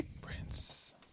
Prince